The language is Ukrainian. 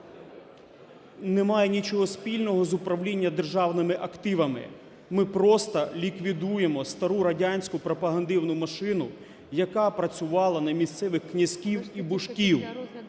не має нічого спільного з управління державними активами, ми просто ліквідуємо стару радянську пропагандивну машину, яка працювала на місцевих князьків і божків.